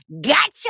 gotcha